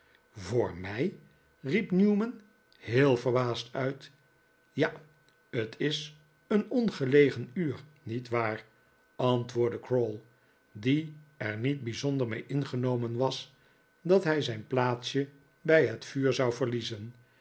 voor mij riep newman heel verbaasd uit ja t is een ongelegen uur niet waar antwoordde crowl die er niet bijzonder mee ingenomen was dat hij zijn plaatsje bij het vuur zou verliezen